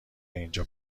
اینجا